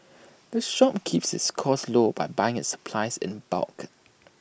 the shop keeps its costs low by buying its supplies in bulk